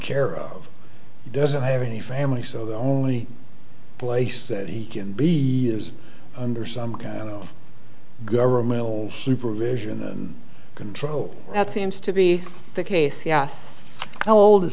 care of doesn't have any family so the only place that he can be used under some kind of governmental supervision the control that seems to be the case yes how old is